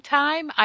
time